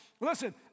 Listen